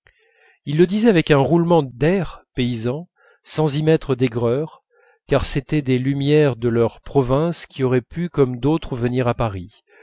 ils le disaient avec un roulement d'r paysan sans y mettre d'aigreur car c'étaient des lumières de leur province qui auraient pu comme d'autres venir à paris